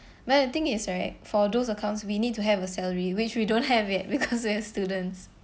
but the thing is right for those accounts we need to have a salary which we don't have it because we are students